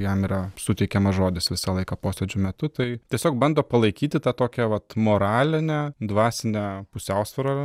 jam yra suteikiama žodis visą laiką posėdžių metu tai tiesiog bando palaikyti tą tokią vat moralinę dvasinę pusiausvyrą